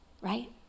Right